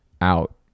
out